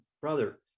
brother